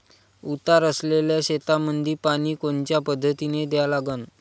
उतार असलेल्या शेतामंदी पानी कोनच्या पद्धतीने द्या लागन?